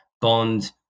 bond